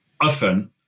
often